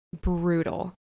brutal